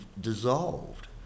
dissolved